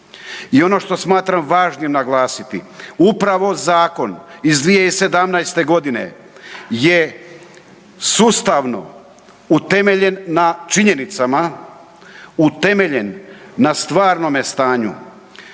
I ono što smatram važnim naglasiti upravo zakon iz 2017. godine je sustavno utemeljen na činjenicama, u temeljen na stvarnome stanju,